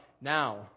Now